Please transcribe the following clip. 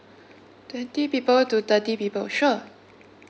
twenty people to thirty people sure